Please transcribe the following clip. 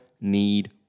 need